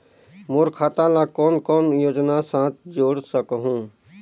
मोर खाता ला कौन कौन योजना साथ जोड़ सकहुं?